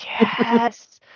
Yes